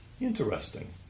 interesting